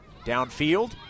Downfield